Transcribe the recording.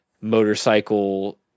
motorcycle